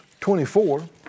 24